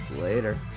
Later